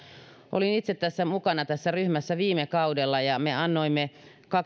olin itse mukana tässä ryhmässä viime kaudella ja me annoimme